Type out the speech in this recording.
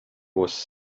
was